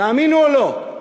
תאמינו או לא.